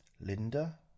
Linda